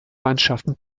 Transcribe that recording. mannschaften